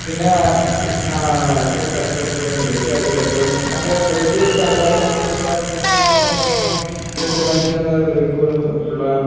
പിന്നെ അടുത്തൊരു ചർച്ച വിഷയെമെന്നു പറയുന്ന ബൈക്ക് യാത്രകള് എപ്പോഴും നമ്മുടെ ബൈക്കില് തകരാറു സംഭവിക്കാറുണ്ടോ എന്നു ചോദിച്ചാല് സ്വാഭാവികമാണ് ഏതൊരു മനുഷ്യനും ബൈക്കുകളുള്ള